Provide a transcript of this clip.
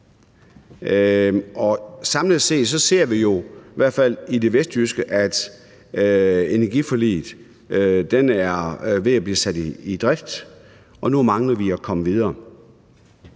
i hvert fald i det vestjyske, at energiforliget er ved at blive sat i drift, og nu mangler vi at komme videre.